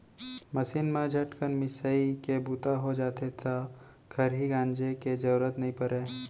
machine म झटकन मिंसाइ के बूता हो जाथे त खरही गांजे के जरूरते नइ परय